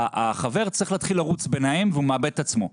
החבר צריך להתחיל לרוץ ביניהם והוא מאבד את עצמו.